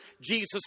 Jesus